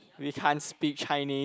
we can't speak Chinese